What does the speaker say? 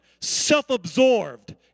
self-absorbed